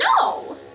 No